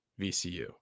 VCU